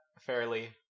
fairly